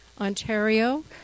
Ontario